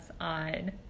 on